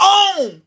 own